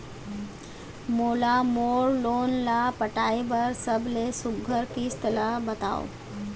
मोला मोर लोन ला पटाए बर सबले सुघ्घर किस्त ला बताव?